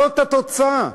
זאת התוצאה.